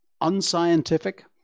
unscientific